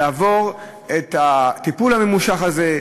לעבור את הטיפול הממושך הזה,